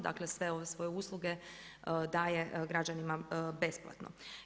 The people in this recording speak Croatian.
Dakle, sve svoje usluge daje građanima besplatno.